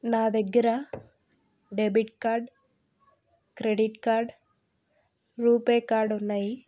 నా దగ్గర debit card credit card RuPay card ఉన్నాయి